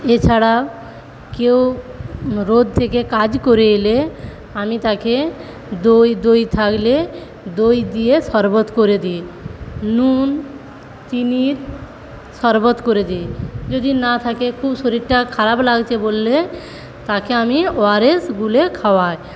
এছাড়া কেউ রোদ থেকে কাজ করে এলে আমি তাকে দই দই থাকলে দই দিয়ে সরবত করে দিই নুন চিনির সরবত করে দিই যদি না থাকে খুব শরীরটা খারাপ লাগছে বললে তাকে আমি ওআরএস গুলে খাওয়াই